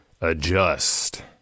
adjust